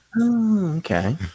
Okay